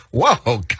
whoa